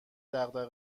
دغدغه